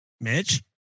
Mitch